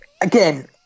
again